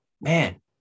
Man